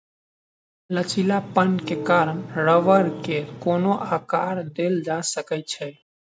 लचीलापन के कारण रबड़ के कोनो आकर देल जा सकै छै